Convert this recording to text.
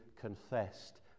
confessed